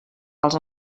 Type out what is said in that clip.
dels